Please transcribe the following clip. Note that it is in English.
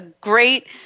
great